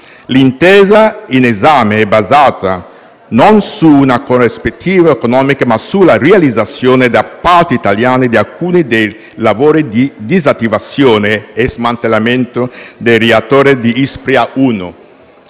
L'intesa in esame è basata non su un corrispettivo economico ma sulla realizzazione da parte italiana di alcuni dei lavori di disattivazione e smantellamento del reattore di Ispra 1